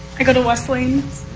i go to west lanes.